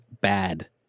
bad